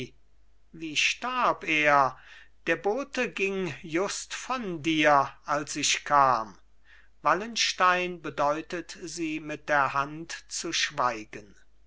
wie starb er der bote ging just von dir als ich kam wallenstein bedeutet sie mit der hand zu schweigen